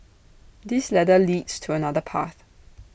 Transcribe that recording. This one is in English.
this ladder leads to another path